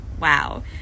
Wow